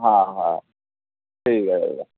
হ্যাঁ হ্যাঁ ঠিক আছে দাদা